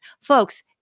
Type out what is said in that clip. Folks